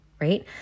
right